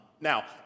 Now